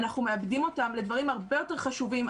אנחנו מאבדים אותם לדברים הרבה יותר חשובים,